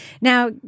now